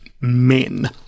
men